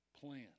plan